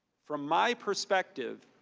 from my perspective,